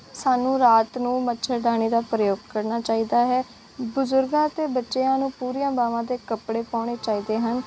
ਸਾਨੂੰ ਰਾਤ ਨੂੰ ਮੱਛਰਦਾਨੀ ਦਾ ਪ੍ਰਯੋਗ ਕਰਨਾ ਚਾਹੀਦਾ ਹੈ ਬਜ਼ੁਰਗਾਂ ਅਤੇ ਬੱਚਿਆਂ ਨੂੰ ਪੂਰੀਆਂ ਬਾਹਵਾਂ ਦੇ ਕੱਪੜੇ ਪਾਉਣੇ ਚਾਹੀਦੇ ਹਨ